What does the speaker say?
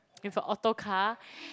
with a auto car